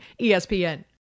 ESPN